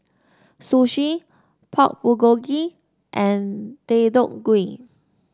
Sushi Pork Bulgogi and Deodeok Gui